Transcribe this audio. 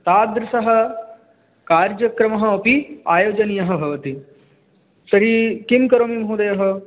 तादृशः कार्यक्रमः अपि आयोजनीयः भवति तर्हि किं करोमि महोदयः